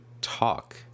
talk